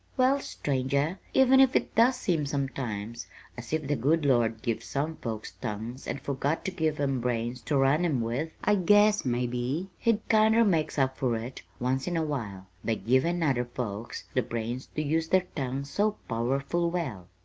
well, stranger, even if it does seem sometimes as if the good lord give some folks tongues and forgot to give em brains to run em with, i guess maybe he kinder makes up for it, once in a while, by givin' other folks the brains to use their tongues so powerful well!